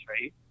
right